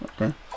Okay